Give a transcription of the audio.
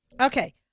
Okay